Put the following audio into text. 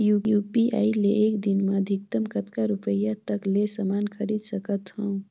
UPI ले एक दिन म अधिकतम कतका रुपिया तक ले समान खरीद सकत हवं?